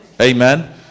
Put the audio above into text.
amen